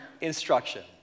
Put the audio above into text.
instruction